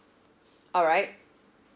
alright